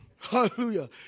Hallelujah